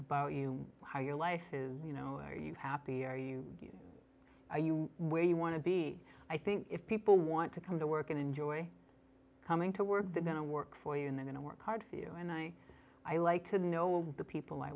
about you how your life is you know are you happy or are you are you where you want to be i think if people want to come to work and enjoy coming to work they're going to work for you in the going to work hard for you and i i like to know the people i